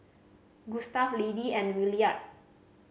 Gustave Liddie and Williard